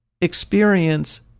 experience